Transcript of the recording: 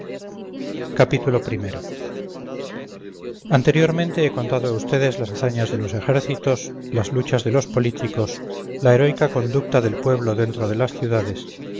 pérez galdós anteriormente he contado a ustedes las hazañas de los ejércitos las luchas de los políticos la heroica conducta del pueblo dentro de las ciudades